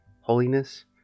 holiness